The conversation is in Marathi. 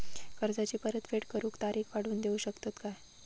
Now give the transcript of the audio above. कर्जाची परत फेड करूक तारीख वाढवून देऊ शकतत काय?